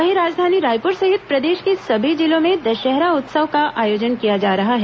वहीं राजधानी रायपुर सहित प्रदेश के सभी जिलों में दशहरा उत्सव का आयोजन किया जा रहा है